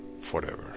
forever